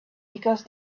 because